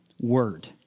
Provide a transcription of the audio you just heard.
word